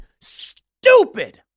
stupid